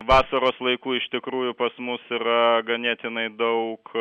vasaros laiku iš tikrųjų pas mus yra ganėtinai daug